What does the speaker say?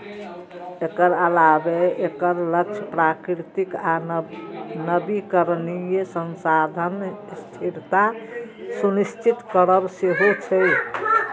एकर अलावे एकर लक्ष्य प्राकृतिक आ नवीकरणीय संसाधनक स्थिरता सुनिश्चित करब सेहो छै